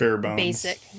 basic